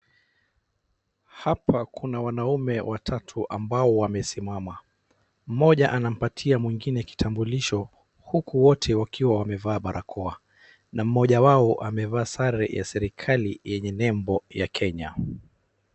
Hapa kuna wanaume watatu ambao wamesimama, mmoja anampatia mwingine kitambulisho, huku wote wakiwa wamevaa barakoa na mmoja wao amevaa sare ya serikali yenye nembo ya kenya.